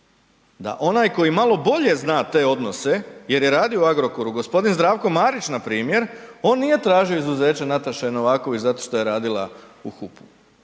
da onaj koji malo bolje zna te odnose jer je radio u Agrokoru, gospodin Zdravko Marić npr., on nije tražio izuzeće Nataše Novaković zato što je radila u HUP-u